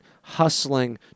hustling